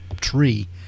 tree